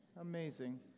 Amazing